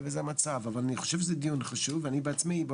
אני חושב שזה דיון חשוב ואני בעצמי לא